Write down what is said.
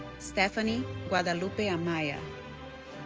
estefany guadalupe amaya